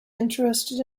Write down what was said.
interested